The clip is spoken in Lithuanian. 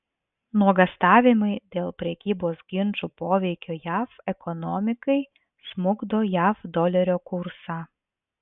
nuogąstavimai dėl prekybos ginčų poveikio jav ekonomikai smukdo jav dolerio kursą